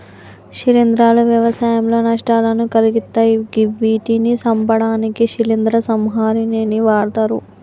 శిలీంద్రాలు వ్యవసాయంలో నష్టాలను కలిగిత్తయ్ గివ్విటిని సంపడానికి శిలీంద్ర సంహారిణిని వాడ్తరు